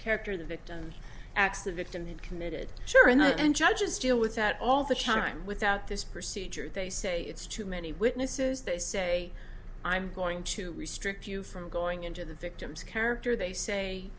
character the victim acts of victimhood committed sure enough and judges deal with that all the time without this procedure they say it's too many witnesses they say i'm going to restrict you from going into the victim's character they say